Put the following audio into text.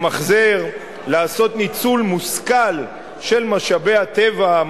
לעשות ניצול מושכל של משאבי הטבע,